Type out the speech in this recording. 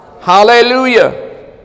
hallelujah